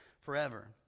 forever